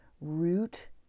root